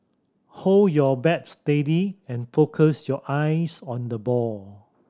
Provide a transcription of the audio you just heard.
hold your bat steady and focus your eyes on the ball